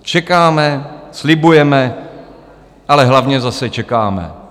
Čekáme, slibujeme, ale hlavně zase čekáme.